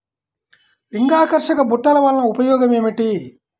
లింగాకర్షక బుట్టలు వలన ఉపయోగం ఏమిటి?